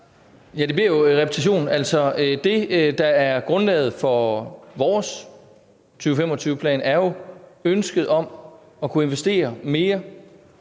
det bliver repetition. Det, der er grundlaget for vores 2025-plan, er jo ønsket om at kunne investere mere